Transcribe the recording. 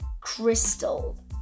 crystal